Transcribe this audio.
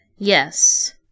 Yes